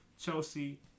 Chelsea